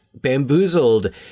Bamboozled